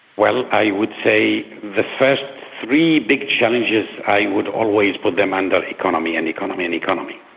well, i would say the first three big challenges i would always put them under economy and economy and economy.